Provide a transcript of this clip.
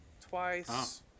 twice